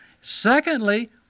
Secondly